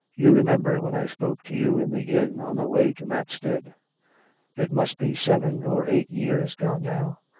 you remember when i spoke to you in the inn on the way to matstead it must be seven or eight years gone now?